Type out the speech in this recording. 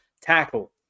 Tackle